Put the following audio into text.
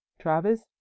Travis